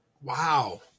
Wow